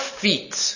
feet